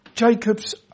Jacob's